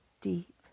deep